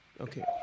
okay